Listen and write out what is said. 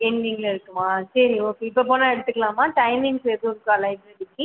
எண்டிங்கில் இருக்குமா சரி ஓகே இப்போது போனால் எடுத்துக்கலாமா டைமிங்ஸ் எதுவும் இருக்கா லைப்ரரிக்கு